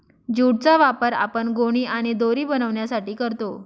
jute चा वापर आपण गोणी आणि दोरी बनवण्यासाठी करतो